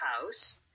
house